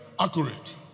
accurate